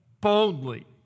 boldly